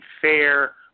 fair